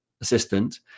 assistant